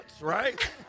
right